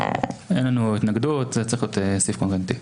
אין לנו התנגדות, זה צריך להיות סעיף קוגנטי.